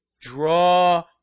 draw